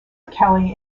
kelley